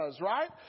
right